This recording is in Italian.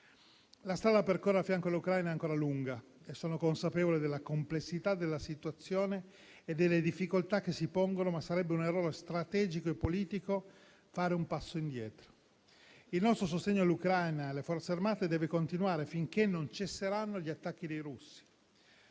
La strada da percorrere a fianco dell'Ucraina è ancora lunga e sono consapevole della complessità della situazione e delle difficoltà che si pongono, ma sarebbe un errore strategico e politico fare un passo indietro. Il nostro sostegno alle Forze armate dell'Ucraina deve continuare finché non cesseranno gli attacchi dei russi.